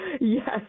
Yes